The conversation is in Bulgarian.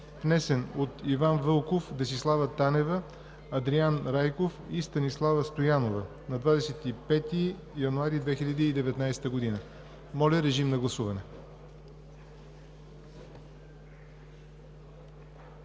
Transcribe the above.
внесен от Иван Вълков, Десислава Танева, Андриан Райков и Станислава Стоянова на 25 януари 2019 г. Гласували